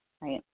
right